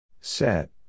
Set